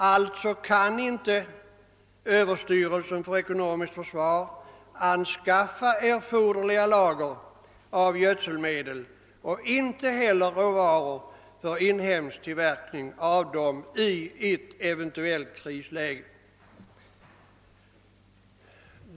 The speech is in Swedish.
Alltså kan inte överstyrelsen anskaffa erforderliga lager av gödselmedel och inte heller råvaror för inhemsk tillverkning av sådana i ett eventuellt krisläge.